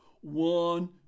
one